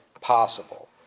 possible